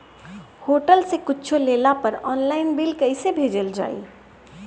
Hotel से कुच्छो लेला पर आनलाइन बिल कैसे भेजल जाइ?